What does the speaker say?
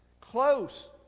close